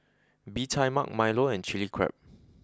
Bee Tai Mak Milo and Chili Crab